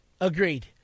agreed